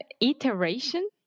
iteration